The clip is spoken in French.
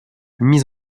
mise